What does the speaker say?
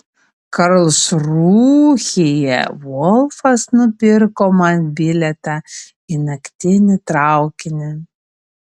karlsrūhėje volfas nupirko man bilietą į naktinį traukinį